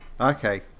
okay